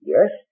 Yes